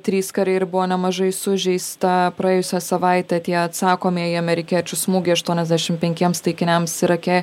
trys kariai ir buvo nemažai sužeista praėjusią savaitę tie atsakomieji amerikiečių smūgiai aštuoniasdešim penkiems taikiniams irake